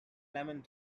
lamont